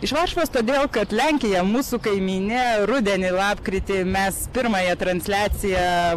iš varšuvos todėl kad lenkija mūsų kaimynė rudenį lapkritį mes pirmąją transliaciją